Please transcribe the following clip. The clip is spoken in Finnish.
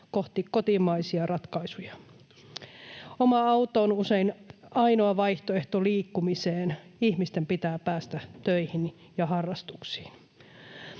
kohti kotimaisia ratkaisuja. Oma auto on usein ainoa vaihtoehto liikkumiseen — ihmisten pitää päästä töihin ja harrastuksiin.